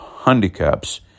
handicaps